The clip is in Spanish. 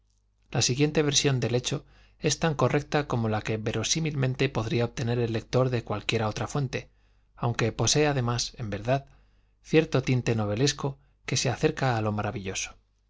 la siguiente versión del hecho es tan correcta como la que verosímilmente podría obtener el lector de cualquiera otra fuente aunque posee además en verdad cierto tinte novelesco que se acerca a lo maravilloso